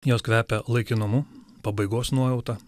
jos kvepia laikinumu pabaigos nuojauta